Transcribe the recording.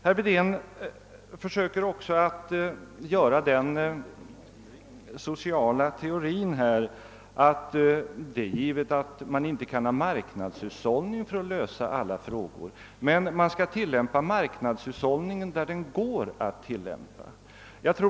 Herr Wedén försökte också lansera den sociala teorin att man inte skall ha marknadshushållning som ett medel att lösa alla frågor, men man bör tillämpa marknadshushållning där det går att göra det.